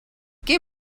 què